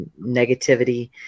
negativity